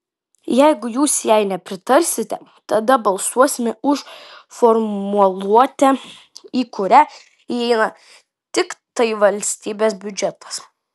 jeigu jūs jai nepritarsite tada balsuosime už formuluotę į kurią įeina tiktai valstybės biudžetas